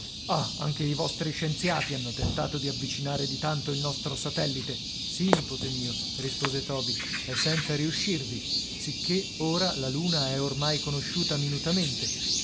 anche i vostri scienziati hanno tentato di avvicinare di tanto il nostro satellite sì nipote mio rispose toby e senza riuscirvi sicché ora la luna è ormai conosciuta minutamente